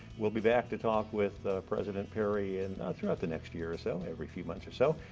we'll be back to talk with president perry and throughout the next year or so, every few months or so.